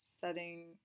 setting